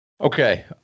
Okay